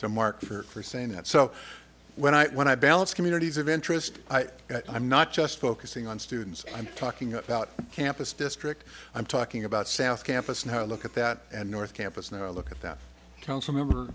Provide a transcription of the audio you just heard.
the marker for saying that so when i when i balance communities of interest i'm not just focusing on students i'm talking about campus district i'm talking about south campus now look at that and north campus and i look at that council member